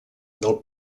del